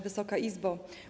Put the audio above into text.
Wysoka Izbo!